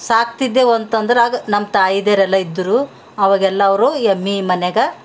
ಸಾಕ್ತಿದ್ದೇವಂತಂದ್ರೆ ಆಗ ನಮ್ಮ ತಾಯಿಂದಿರೆಲ್ಲ ಇದ್ದರು ಆವಾಗೆಲ್ಲ ಅವರು ಎಮ್ಮೆ ಮನೆಗ